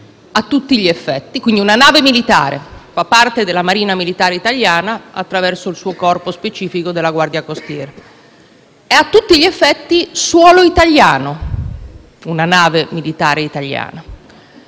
a tutti gli effetti, quindi una nave militare, che fa parte della Marina militare italiana attraverso il suo corpo specifico della Guardia costiera. È a tutti gli effetti su suolo italiano ed è una nave militare italiana.